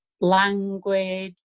language